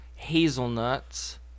Hazelnuts